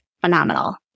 phenomenal